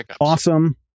Awesome